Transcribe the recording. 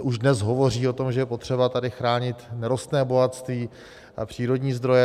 Už dnes se hovoří o tom, že je potřeba tady chránit nerostné bohatství a přírodní zdroje.